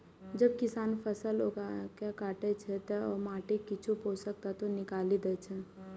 जब किसान फसल उगाके काटै छै, ते ओ माटिक किछु पोषक तत्व निकालि दै छै